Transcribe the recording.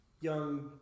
young